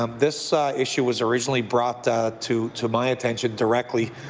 um this issue was originally brought but to to my attention directly,